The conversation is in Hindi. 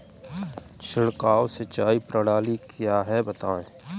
छिड़काव सिंचाई प्रणाली क्या है बताएँ?